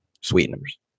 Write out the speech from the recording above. sweeteners